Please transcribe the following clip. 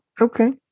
Okay